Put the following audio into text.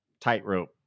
tightrope